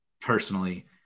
personally